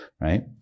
Right